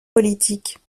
politiques